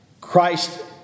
Christ